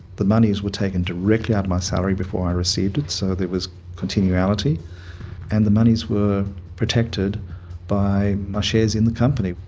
the monies were taken directly out of my salary before i received it so there was continuality and the monies were protected by my shares in the company.